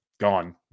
gone